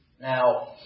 Now